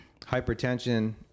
hypertension